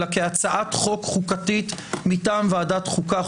אלא כהצעת חוק חוקתית מטעם ועדת החוקה,